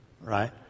Right